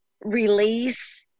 release